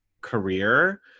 career